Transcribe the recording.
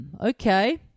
Okay